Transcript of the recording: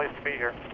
ah to be here.